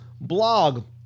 blog